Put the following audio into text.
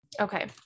Okay